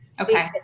Okay